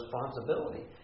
responsibility